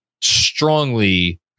strongly